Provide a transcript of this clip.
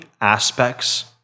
aspects